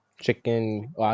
Chicken